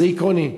זה עקרוני.